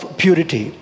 purity